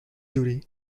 jury